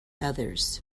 others